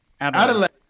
Adelaide